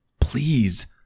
Please